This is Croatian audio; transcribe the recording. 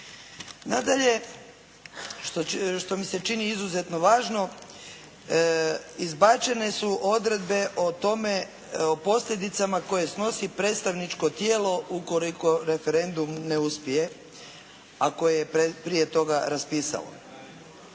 Nadalje što mi se čini izuzetno važno. Izbačene su odredbe o tome, o posljedicama koje snosi predstavničko tijelo ukoliko referendum ne uspije, a koje je prije toga raspisalo.